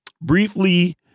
Briefly